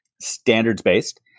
standards-based